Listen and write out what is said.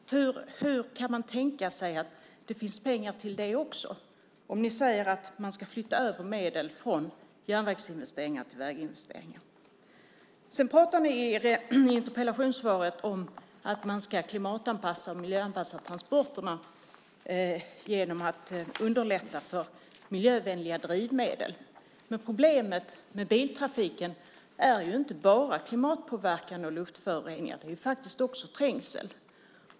Hur kan man tänka sig att det finns pengar till det också om ni säger att man ska flytta över medel från järnvägsinvesteringar till väginvesteringar? I interpellationssvaret skriver ni att man ska klimatanpassa och miljöanpassa transporterna genom att underlätta för miljövänliga drivmedel. Problemet med biltrafiken är inte bara klimatpåverkan och luftföroreningar. Det är ju också trängsel.